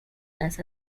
las